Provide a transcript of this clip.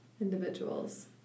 individuals